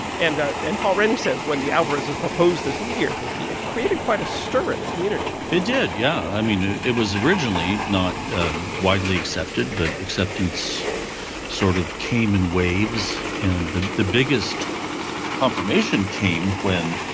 and and paul renne says when the alvarezes proposed this meteor theory, it created quite a stir in the community it did, yeah. i mean, it was originally not widely accepted, but acceptance sort of came in waves. and the the biggest confirmation came when,